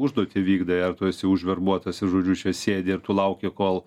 užduotį vykdai ar tu esi užverbuotasir žodžiu čia sėdi ir tu lauki kol